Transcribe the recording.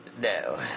No